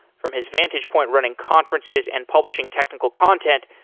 from his vantage point running conferences and publishing technical content,